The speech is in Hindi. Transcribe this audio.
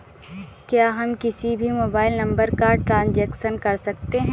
क्या हम किसी भी मोबाइल नंबर का ट्रांजेक्शन कर सकते हैं?